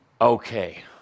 Okay